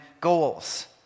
goals